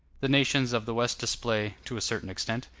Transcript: the nations of the west display, to a certain extent,